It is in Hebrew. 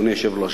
אדוני היושב-ראש,